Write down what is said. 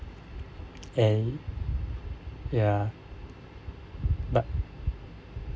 and ya but